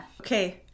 Okay